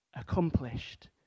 accomplished